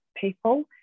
people